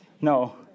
No